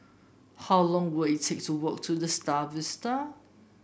how long will it take to walk to The Star Vista